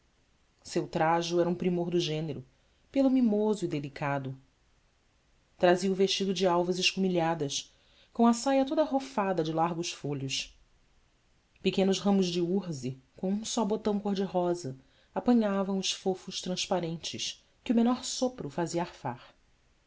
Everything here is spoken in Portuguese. seu trajo era um primor do gênero pelo mimoso e delicado trazia o vestido de alvas escumilhas com a saia toda rofada de largos folhos pequenos ramos de urze com um só botão cor-de-rosa apanhavam os fofos transparentes que o menor sopro fazia arfar